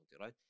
right